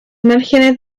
márgenes